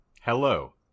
Hello